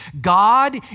God